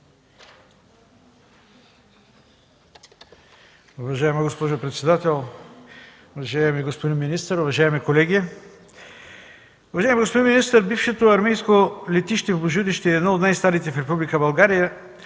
Уважаема госпожо председател, уважаеми господин министър, уважаеми колеги! Уважаеми господин министър, бившето армейско летище в Божурище е едно от най-старите в Република България.